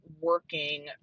working